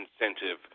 incentive